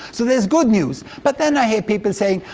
so there's good news. but then i hear people saying,